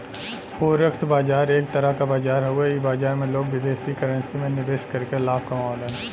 forex बाजार एक तरह क बाजार हउवे इ बाजार में लोग विदेशी करेंसी में निवेश करके लाभ कमावलन